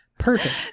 Perfect